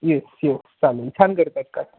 yes yes चालेल छान करतात काका